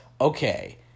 Okay